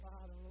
Father